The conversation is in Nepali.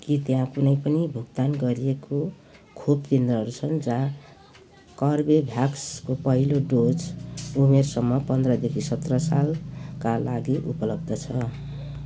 के त्यहाँ कुनै पनि भुक्तान गरिएको खोप केन्द्रहरू छन् जहाँ कर्बेभ्याक्सको पहिलो डोज उमेरसमूह पन्ध्रदेखि सत्र सालका लागि उपलब्ध छ